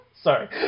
Sorry